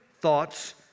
thoughts